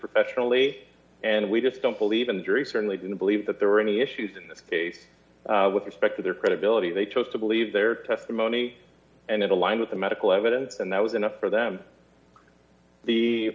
professionally and we just don't believe in the jury certainly didn't believe that there were any issues in this case with respect to their credibility they chose to believe their testimony and it aligned with the medical evidence and that was enough for them the